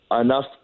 Enough